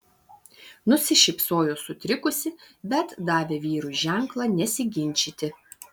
nusišypsojo sutrikusi bet davė vyrui ženklą nesiginčyti